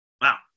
Wow